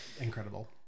Incredible